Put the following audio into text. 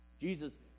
Jesus